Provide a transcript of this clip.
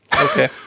Okay